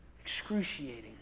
excruciating